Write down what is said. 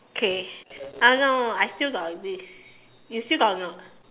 K uh no no I still got this you still got or not